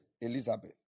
Elizabeth